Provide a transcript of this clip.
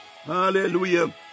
Hallelujah